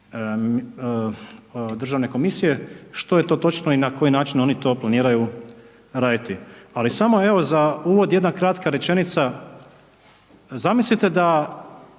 državne komisije što je to točno i na koji način oni to planiraju raditi. Ali samo evo za uvod jedna kratka rečenica, zamislite da